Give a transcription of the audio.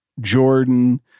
Jordan